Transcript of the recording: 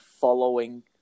following